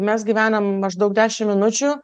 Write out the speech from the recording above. mes gyvenam maždaug dešim minučių